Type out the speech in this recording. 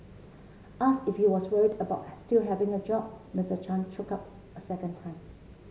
ask if he was worried about still having a job Mister Chan choke up a second time